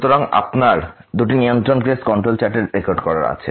সুতরাং আপনার দুটি নিয়ন্ত্রণ কেস কন্ট্রোল চার্টে রেকর্ড করা আছে